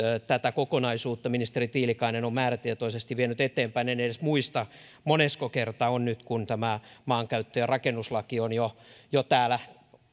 tätä kokonaisuutta ministeri tiilikainen on määrätietoisesti vienyt eteenpäin en edes muista monesko kerta on nyt kun tämä maankäyttö ja rakennuslaki on jo jo täällä